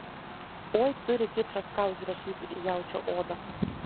oi turi kipšas ką užrašyti į jaučio odą